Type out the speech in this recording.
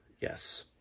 yes